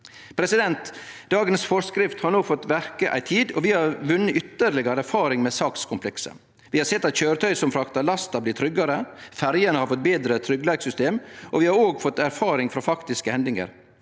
endringar. Dagens forskrift har no fått verke ei tid, og vi har vunne ytterlegare erfaring med sakskomplekset. Vi har sett at køyretøy som fraktar lasta, har blitt tryggare, ferjene har fått betre tryggleikssystem, og vi har òg fått erfaring frå faktiske hendingar.